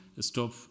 stop